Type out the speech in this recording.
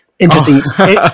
Interesting